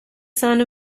son